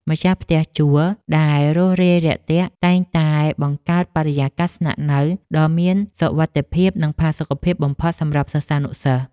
ម្ចាស់ផ្ទះជួលដែលរួសរាយរាក់ទាក់តែងតែបង្កើតបរិយាកាសស្នាក់នៅដ៏មានសុវត្ថិភាព និងផាសុកភាពបំផុតសម្រាប់សិស្សានុសិស្ស។